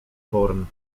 porn